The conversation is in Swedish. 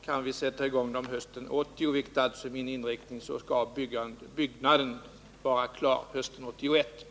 Kan vi sätta i gång byggandet hösten 1980, vilket alltså är min inriktning, skall byggnaden vara klar hösten 1981.